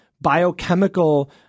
biochemical